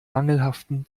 mangelhaften